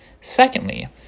Secondly